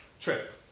trip